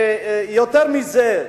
יותר מזה,